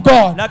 God